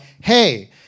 hey